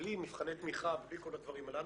בלי מבחני תמיכה ובלי כל הדברים הללו,